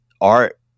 art